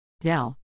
Dell